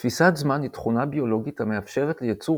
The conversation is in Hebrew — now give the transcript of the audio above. תפיסת זמן היא תכונה ביולוגית המאפשרת ליצור